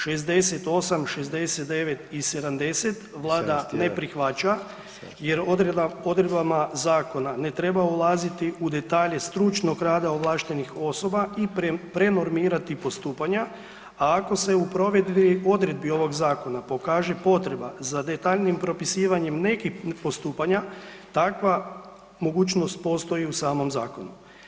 68, 69 i 70 Vlada ne prihvaća jer odredbama zakona ne treba ulaziti u detalje stručnog rada ovlaštenih osoba i prenormirati postupanja a ako se u provedbi odredbi ovog zakona pokaže potreba za detaljnijim propisivanjem nekih postupanja, takva mogućnost postoji u samom zakonu.